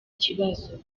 kibazo